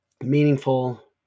meaningful